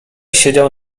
siedział